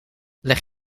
leg